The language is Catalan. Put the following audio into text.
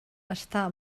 està